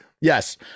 Yes